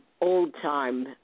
old-time